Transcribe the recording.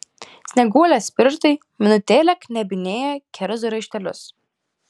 snieguolės pirštai minutėlę knebinėjo kerzų raištelius